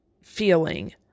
feeling